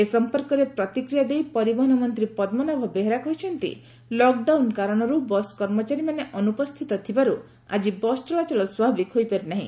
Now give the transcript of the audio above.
ଏ ସମ୍ପର୍କରେ କ୍ରତିକ୍ରିୟା ଦେଇ ପରିବହନ ମନ୍ତୀ ପଦ୍ମନାଭ ବେହେରା କହିଛନ୍ତି ଲକ୍ଡାଉନ୍ କାରଣରୁ ବସ୍ କର୍ମଚାରୀମାନେ ଅନୁପସ୍ଚିତ ଥିବାରୁ ଆଜି ବସ୍ ଚଳାଚଳ ସ୍ୱାଭାବିକ ହୋଇପାରିନାହି